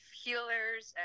healers